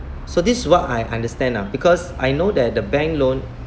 so this is what I understand ah because I know that the bank loan